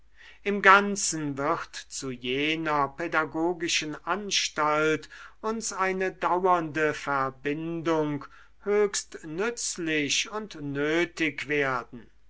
im ganzen wird zu jener pädagogischen anstalt uns eine dauernde verbindung höchst nützlich und nötig werden